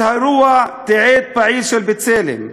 את האירוע תיעד פעיל של "בצלם".